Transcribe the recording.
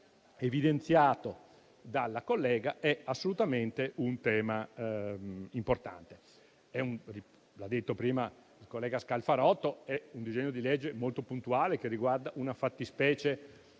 evidenziato dalla collega è assolutamente un tema importante. Come ha detto prima il collega Scalfarotto, questo è un disegno di legge molto puntuale, che riguarda una fattispecie